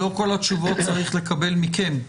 לא כל התשובות צריך לקבל מכם.